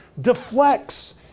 deflects